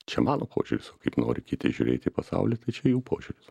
čia mano požiūris o kaip nori kiti žiūrėt į pasaulį tai čia jų požiūris